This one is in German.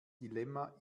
dilemma